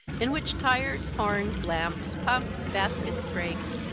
in which tires, horns, lamps, pumps, baskets, brakes,